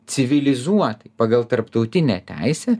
civilizuotai pagal tarptautinę teisę